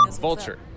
Vulture